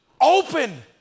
open